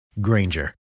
Granger